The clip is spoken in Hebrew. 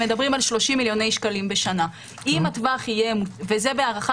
הם מדברים על 30 מיליון שקלים בשנה וזו בהערכה